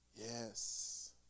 yes